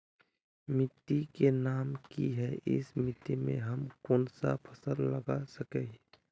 मिट्टी के नाम की है इस मिट्टी में हम कोन सा फसल लगा सके हिय?